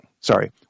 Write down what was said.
sorry